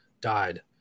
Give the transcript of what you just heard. died